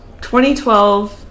2012